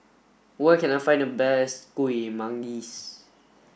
where can I find the best Kueh Manggis